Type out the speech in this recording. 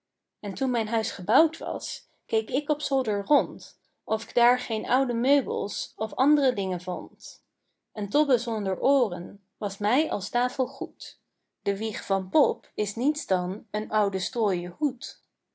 en toen mijn huis gebouwd was keek ik op zolder rond of k daar geene oude meubels of and're dingen vond een tobbe zonder ooren was mij als tafel goed de wieg van pop is niets dan een oude strooien hoed